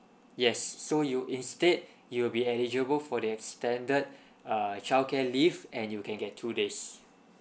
yes so you instead you'll be eligible for the extended uh childcare leave and you can get two days